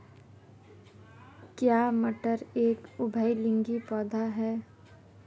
क्या मटर एक उभयलिंगी पौधा है?